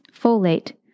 folate